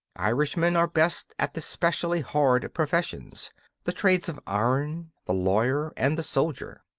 irishmen are best at the specially hard professions the trades of iron, the lawyer, and the soldier.